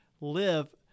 live